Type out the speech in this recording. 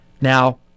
Now